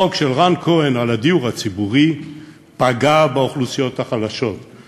החוק של רן כהן על הדיור הציבורי פגע באוכלוסיות החלשות,